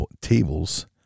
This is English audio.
tables